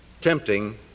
tempting